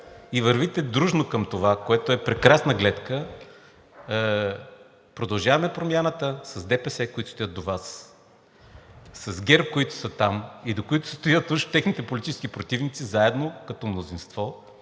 и вървите дружно към това, което е прекрасна гледка – „Продължаваме Промяната“ с ДПС, които стоят до Вас, с ГЕРБ, които са там и до които стоят уж техните политически противници, заедно, като мнозинство,